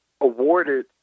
awarded